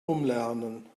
umlernen